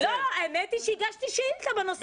האמת היא שהגשתי שאילתה בנושא,